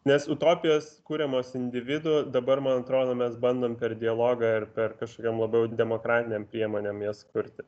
nes utopijos kuriamos individų dabar man atrodo mes bandom per dialogą ir per kažkokiom labiau demokratinėm priemonėm jas kurti